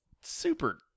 super